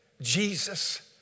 Jesus